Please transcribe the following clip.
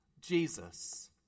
Jesus